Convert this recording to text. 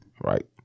right